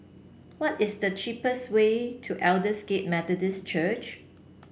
what is the cheapest way to Aldersgate Methodist Church